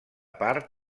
part